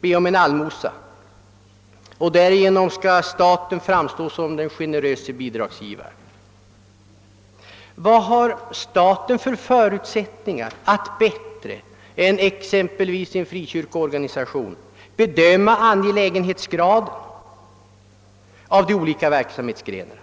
be om en allmosa, och därigenom skulle staten framstå som den generöse bidragsgivaren. Vad har staten för förutsättningar att bättre än exempelvis en frikyrkoorganisation bedöma angelägenhetsgraden av de olika verksamhetsgrenarna?